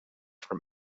from